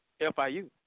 FIU